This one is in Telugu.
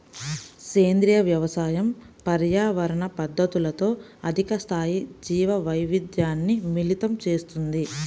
సేంద్రీయ వ్యవసాయం పర్యావరణ పద్ధతులతో అధిక స్థాయి జీవవైవిధ్యాన్ని మిళితం చేస్తుంది